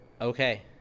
Okay